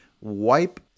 wipe